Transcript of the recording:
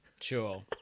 Sure